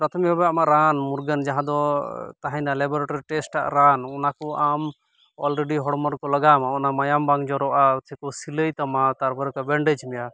ᱯᱨᱟᱛᱷᱚᱢᱤᱠ ᱵᱷᱟᱵᱮ ᱟᱢᱟᱜ ᱨᱟᱱ ᱢᱩᱨᱜᱟᱹᱱ ᱡᱟᱦᱟᱸ ᱫᱚ ᱛᱟᱦᱮᱱᱟ ᱞᱮᱵᱽᱨᱳᱴᱚᱨᱤ ᱴᱮᱥᱴ ᱟᱜ ᱨᱟᱱ ᱚᱱᱟ ᱠᱚ ᱟᱢ ᱚᱞᱨᱮᱰᱤ ᱦᱚᱲᱢᱚ ᱨᱮᱠᱚ ᱞᱟᱜᱟᱣᱟᱢᱟ ᱚᱱᱟ ᱢᱟᱭᱟᱢ ᱵᱟᱝ ᱡᱚᱨᱚᱜᱼᱟ ᱥᱤᱞᱟᱹᱭ ᱛᱟᱢᱟ ᱛᱟᱨᱯᱚᱨᱮ ᱠᱚ ᱵᱮᱱᱰᱮᱡᱽ ᱢᱮᱭᱟ